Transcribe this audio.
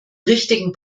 richtigen